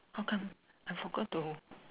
how come I forgot to